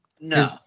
No